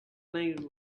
languages